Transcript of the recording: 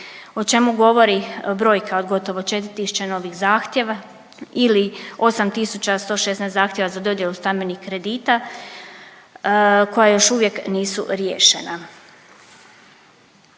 o čemu govori brojka od gotovo 4 tisuće novih zahtjeva ili 8.116 zahtjeva za dodjelu stambenih kredita koja još uvijek nisu riješena.